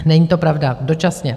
Není to pravda, dočasně.